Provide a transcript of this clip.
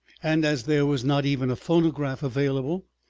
and as there was not even a phonograph available,